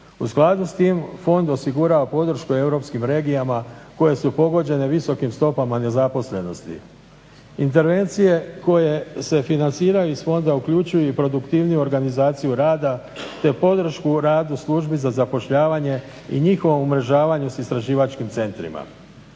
U skladu s tim fond osigurava podršku europskim regijama koje su pogođene visokim stopama nezaposlenosti. Intervencije koje se financiraju iz fonda uključuju i produktivniju organizaciju rada te podršku u radu službi za zapošljavanje i njihovo umrežavanje sa istraživačkim centrima.